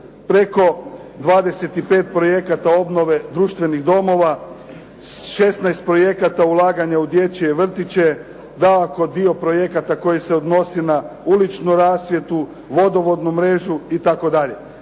preko 25 projekata obnove društvenih domova, 16 projekata ulaganja u dječje vrtiće. Dakako, dio projekata koji se odnosi na uličnu rasvjetu, vodovodnu mrežu itd.